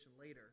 later